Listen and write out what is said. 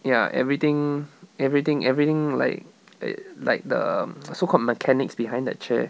ya everything everything everything like like the so called mechanics behind the chair